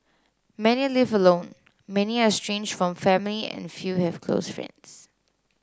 many live alone many are estranged from family and few have close friends